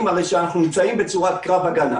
הרי שאנחנו נמצאים בצורת קרב הגנה.